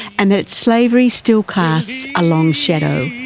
and that slavery still casts a long shadow.